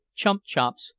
chump-chops,